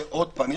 שעוד פעם,